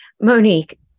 Monique